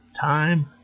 time